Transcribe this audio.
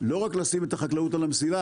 לא רק לשים את החקלאות על המסילה,